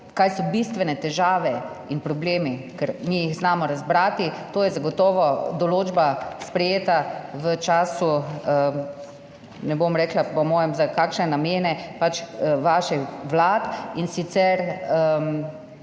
kaj so bistvene težave in problemi, ker mi jih znamo razbrati. To je zagotovo določba, sprejeta v času, ne bom rekla po mojem za kakšne namene, pač vaših vlad. In sicer